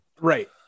right